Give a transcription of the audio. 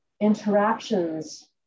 interactions